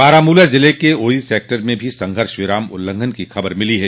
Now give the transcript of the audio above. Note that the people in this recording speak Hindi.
बारामूला जिले के उड़ी सेक्टर में भी संघर्ष विराम उल्लंघन की खबर मिली है